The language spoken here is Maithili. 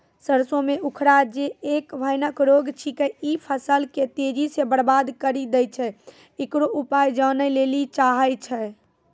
सरसों मे उखरा जे एक भयानक रोग छिकै, इ फसल के तेजी से बर्बाद करि दैय छैय, इकरो उपाय जाने लेली चाहेय छैय?